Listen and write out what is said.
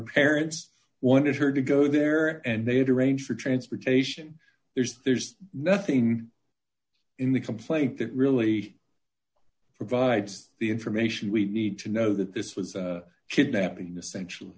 parents wanted her to go there and they had to arrange for transportation there's there's nothing in the complaint that really provides the information we need to know that this was a kidnapping essentially